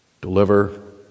deliver